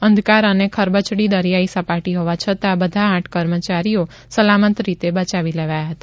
અંધકાર અને ખરબચડી દરિયાઈ સપાટી હોવા છતાં બધા આઠ કર્મચારીઓ સલામત રીતે બચાવી લેવાયા હતા